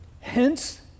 hence